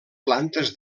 plantes